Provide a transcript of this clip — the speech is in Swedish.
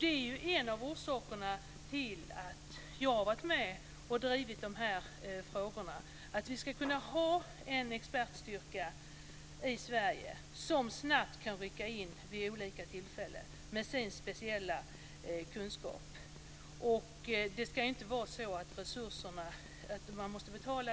Detta är en av orsakerna till att jag har varit med och drivit frågorna, dvs. att vi ska ha en expertstyrka i Sverige som med sin speciella kunskap snabbt kan rycka in vid olika tillfällen. Man ska inte behöva betala för dessa resurser.